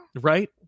Right